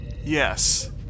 Yes